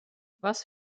was